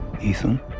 Ethan